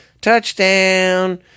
Touchdown